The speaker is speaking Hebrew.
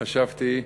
חשבתי,